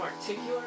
particular